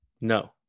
No